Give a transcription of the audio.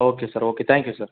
okay sir okay thank you sir